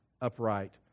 upright